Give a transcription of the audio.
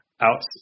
out